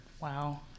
Wow